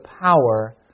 power